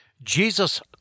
Jesus